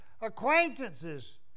acquaintances